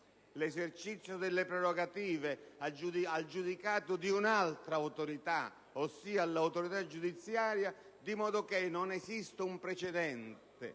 l'esercizio delle prerogative al giudicato di un'altra autorità, ossia quella giudiziaria, di modo che non esista un precedente